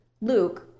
Luke